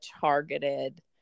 targeted